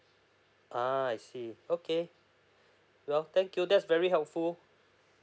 uh I see okay well thank you that's very helpful